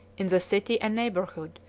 in the city and neighborhood,